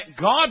God